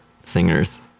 singers